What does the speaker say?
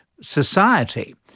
society